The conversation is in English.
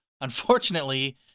unfortunately